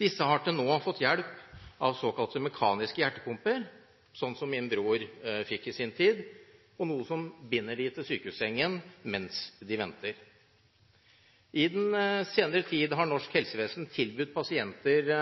Disse har til nå fått hjelp av såkalte mekaniske hjertepumper – sånn som min bror fikk i sin tid – noe som binder dem til sykesengen mens de venter. I den senere tid har norsk helsevesen tilbudt pasienter